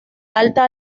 alta